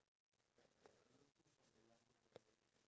try and change their way of life